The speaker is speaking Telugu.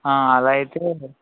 ఆ అలా అయితే